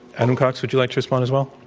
adam cox, would you like to spend as well?